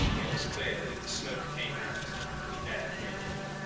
it was clear that if the smoke came out the air came in.